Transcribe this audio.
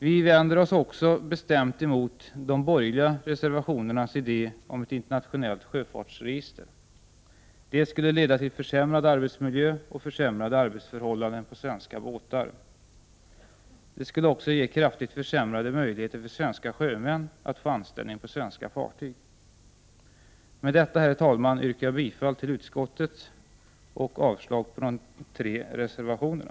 Vi vänder oss också bestämt mot de borgerliga reservationernas idé om ett internationellt sjöfartsregister. Det skulle leda till försämrad arbetsmiljö och försämrade arbetsförhållanden på svenska båtar. Det skulle också ge kraftigt försämrade möjligheter för svenska sjömän att få anställning på svenska fartyg. Med detta, herr talman, yrkar jag bifall till utskottets förslag och avslag på de tre reservationerna.